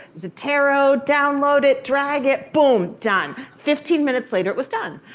zotero, download it, drag it, boom, done. fifteen minutes later, it was done.